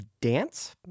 dance